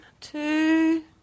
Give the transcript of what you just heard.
two